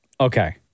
Okay